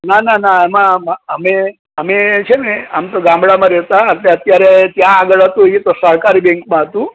ના ના ના એમાં અમે અમે છે ને આમ તો ગામડામાં રહેતાં હતાં તે અત્યારે ત્યાં આગળ હતું એ તો સહકારી બેંકમાં હતું